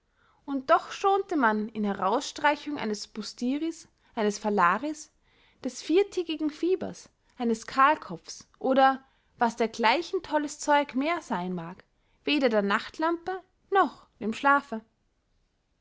und doch schonte man in herausstreichung eines bustiris eines phalaris des viertägigen fiebers eines kahlkopfs oder was dergleichen tolles zeug mehr seyn mag weder der nachtlampe noch dem schlafe